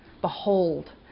Behold